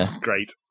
Great